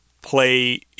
play